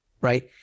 right